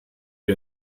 wie